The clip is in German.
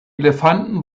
elefanten